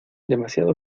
demasiado